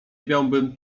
miałabym